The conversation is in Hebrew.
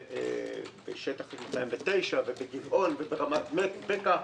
בשטח 209 ובגבעון וברמת בקע,